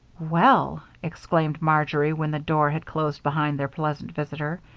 well, exclaimed marjory, when the door had closed behind their pleasant visitor,